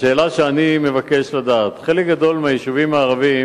השאלה שאני מבקש לדעת, חלק גדול מהיישובים הערביים